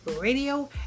Radio